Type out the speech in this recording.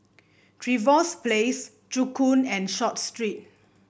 Trevose Place Joo Koon and Short Street